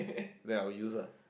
then I will use lah